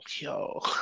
Yo